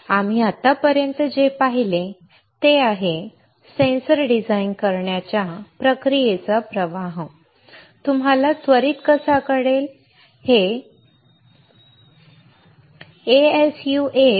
आम्ही आत्तापर्यंत जे पाहिले आहे ते म्हणजे सेन्सर डिझाइन करण्याच्या प्रक्रियेचा प्रवाह तुम्हाला त्वरीत कसा कळेल